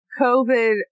COVID